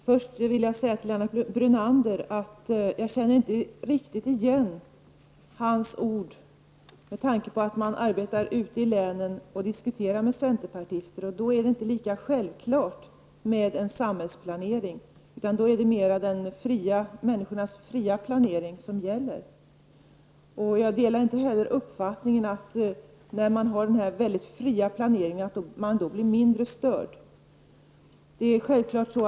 Herr talman! Jag vill först till Lennart Brunander säga att jag inte riktigt känner igen hans ord med tanke på att det, när man ute i länen arbetar och diskuterar med centerpartister, inte är lika självklart med en samhällsplanering. Då är det mer människors fria planering som gäller. Jag delar inte heller uppfattningen att man blir mindre störd när man har denna väldigt fria planering.